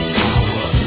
power